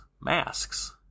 masks